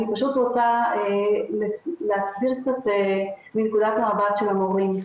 אני פשוט רוצה להסביר קצת מנקודת המבט של המורים.